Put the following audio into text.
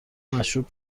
مشروب